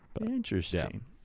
Interesting